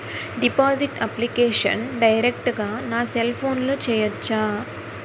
Deposit application direct గా నా cell ఫోన్లో చెయ్యచా?